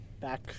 Back